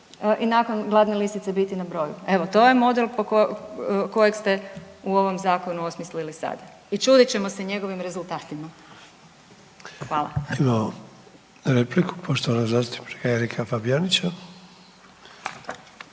i nakon gladne lisice biti na broju. Evo to je model kojeg ste u ovom zakonu osmislili sada i čudit ćemo se njegovom rezultatima. Hvala. **Sanader, Ante (HDZ)** Imamo repliku poštovanog zastupnika Erika Fabijanića.